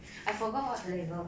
I forgot what's the label